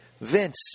Vince